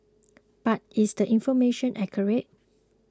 but is the information accurate